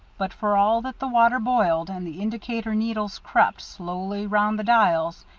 but for all that the water boiled, and the indicator needles crept slowly round the dials,